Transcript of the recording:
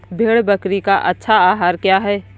भेड़ बकरी का अच्छा आहार क्या है?